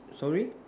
sorry